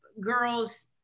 girls